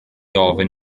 ofyn